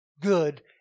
good